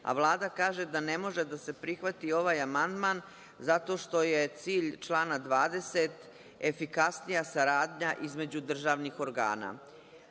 a Vlada kaže da ne može da se prihvati ovaj amandman zato što je cilj člana 20. efikasnija saradnja između državnih organa.